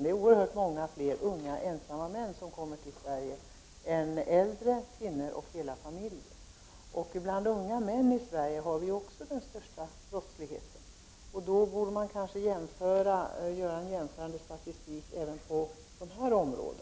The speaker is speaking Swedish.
Bland dem som kommer till Sverige är det oerhört många fler unga ensamma män än äldre, kvinnor och hela familjer. Vi har också i Sverige i stort den största brottsligheten bland unga män. Man borde kanske göra en jämförande statistik även i detta hänseende.